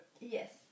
Yes